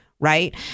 right